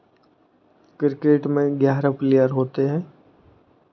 cricket में ग्यारह player होते हैं